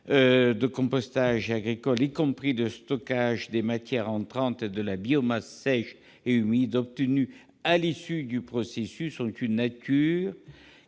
de compostage agricole, y compris le stockage des matières entrantes et de la biomasse sèche et humide obtenue à l'issue du processus, qui ont une nature